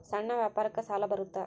ಸಣ್ಣ ವ್ಯಾಪಾರಕ್ಕ ಸಾಲ ಬರುತ್ತಾ?